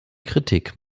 kritik